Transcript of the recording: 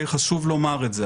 חשוב לומר את זה.